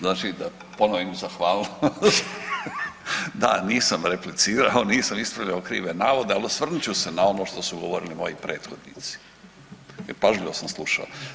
Znači da ponovim zahvalnost, da nisam replicirao, nisam ispravljao krive navode, ali osvrnut ću se na ono što su govorili moji prethodnici jer pažljivo sam slušao.